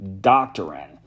doctrine